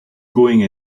going